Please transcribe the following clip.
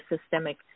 systemic